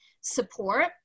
support